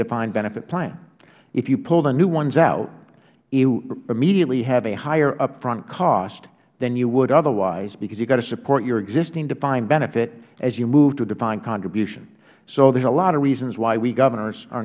defined benefit plan if you pull the new ones out you immediately have a higher up front cost than you would otherwise because you have to support your existing defined benefit as you move to a defined contribution so there are a lot of reasons why we governors